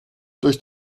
durch